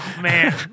man